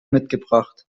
mitgebracht